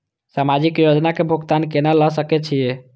समाजिक योजना के भुगतान केना ल सके छिऐ?